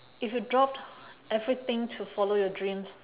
if you dropped everything to follow your dreams